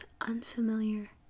unfamiliar